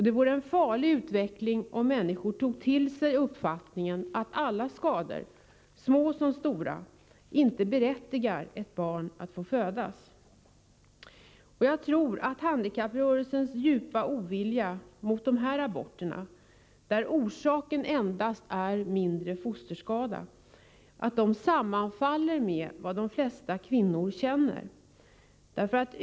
Det vore en farlig utveckling om människor tog till sig uppfattningen att alla skador, små som stora, innebär att man inte berättigar ett barn att få födas. Jag tror att handikapprörelsens djupa ovilja mot dessa aborter, där orsaken endast är en mindre fosterskada, sammanfaller med vad de flesta kvinnor känner.